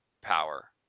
power